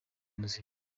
muzima